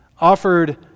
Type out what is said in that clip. Offered